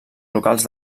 locals